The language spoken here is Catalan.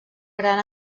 gran